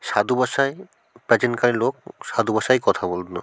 সাধু ভাষায় প্রাচীনকালের লোক সাধু ভাষায় কথা বললো